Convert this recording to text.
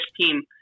team